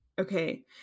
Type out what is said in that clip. okay